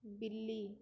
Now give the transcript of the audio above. ਬਿੱਲੀ